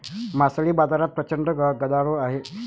मासळी बाजारात प्रचंड गदारोळ आहे